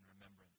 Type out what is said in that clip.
remembrance